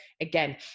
again